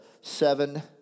seven